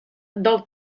del